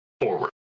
Forward